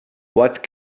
what